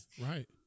Right